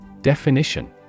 Definition